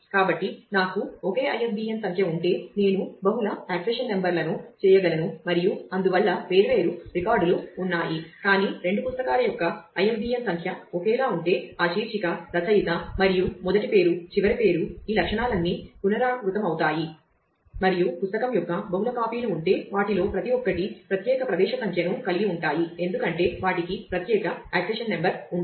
కాబట్టి నాకు ఒకే ISBN సంఖ్య ఉంటే నేను బహుళ ఆక్సిషన్ నెంబర్లను చేయగలను మరియు అందువల్ల వేర్వేరు రికార్డులు ఉన్నాయి కానీ రెండు పుస్తకాల యొక్క ISBN సంఖ్య ఒకేలా ఉంటే ఆ శీర్షిక రచయిత మరియు మొదటి పేరు చివరి పేరు ఈ లక్షణాలన్నీ పునరావృతమవుతాయి మరియు పుస్తకం యొక్క బహుళ కాపీలు ఉంటే వాటిలో ప్రతి ఒక్కటి ప్రత్యేక ప్రవేశ సంఖ్యను కలిగి ఉంటాయి ఎందుకంటే వాటికి ప్రత్యేక ఆక్సిషన్ నెంబర్ ఉంటుంది